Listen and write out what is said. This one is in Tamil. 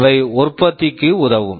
அவை உற்பத்திக்கு உதவும்